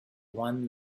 won